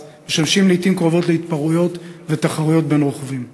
משמשים לעתים קרובות להתפרעויות ותחרויות בין רוכבים.